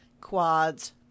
quads